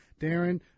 Darren